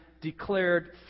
declared